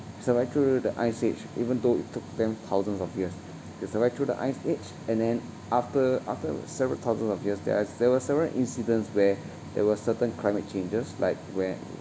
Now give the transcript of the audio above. survive through the ice age even though it took them thousands of years they survive through the ice age and then after after several thousand of years there are there were several incidents where there were certain climate changes like when